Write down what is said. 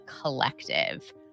collective